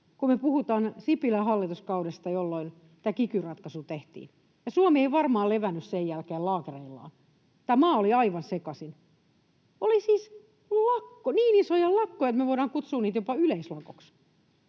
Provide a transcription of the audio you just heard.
kun me puhutaan Sipilän hallituskaudesta, jolloin kiky-ratkaisu tehtiin, ja Suomi ei varmaan levännyt sen jälkeen laakereillaan. Tämä maa oli aivan sekaisin. Oli siis niin isoja lakkoja, että me voidaan kutsua niitä jopa yleislakoksi,